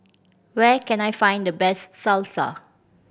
where can I find the best Salsa